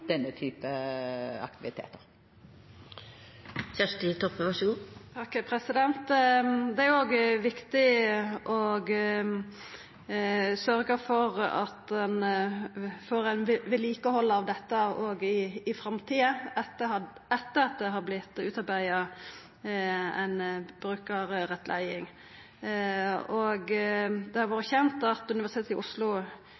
denne typen aktiviteter. Det er jo òg viktig å sørgja for at ein får eit vedlikehald av dette òg i framtida, etter at det har vorte utarbeidd ei brukarrettleiing. Det har vore kjent at Universitetet i Oslo